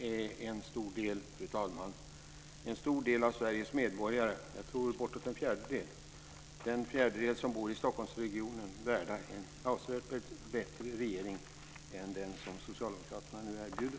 Uppenbarligen är en stor del av Sveriges medborgare, bortåt en fjärdedel tror jag, den fjärdedel som bor i Stockholmsregionen, värda en avsevärt bättre regering är den som Socialdemokraterna nu erbjuder.